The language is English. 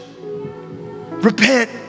Repent